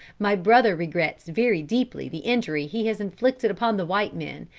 my brother regrets very deeply the injury he has inflicted upon the white men,